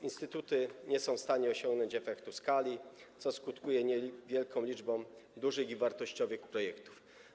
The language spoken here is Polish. Instytuty nie są w stanie osiągnąć efektu skali, co skutkuje niewielką liczbą dużych i wartościowych projektów.